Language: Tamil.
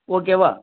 ஓகேவா